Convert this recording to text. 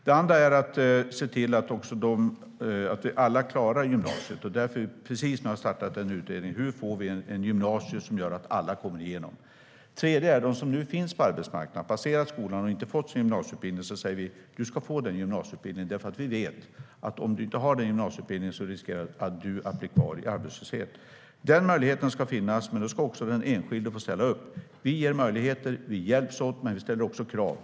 Det andra är att se till att alla klarar gymnasiet. Därför har vi nu startat en utredning om hur vi får ett gymnasium som gör att alla kommer igenom. Det tredje gäller dem som nu finns på arbetsmarknaden och som har passerat skolan men inte fått sin gymnasieutbildning. Till dem säger vi: Du ska få din gymnasieutbildning, för vi vet att om du inte har den riskerar du att bli kvar i arbetslöshet. Denna möjlighet ska finnas, men då ska också den enskilde få ställa upp. Vi ger möjligheter och vi hjälps åt, men vi ställer också krav.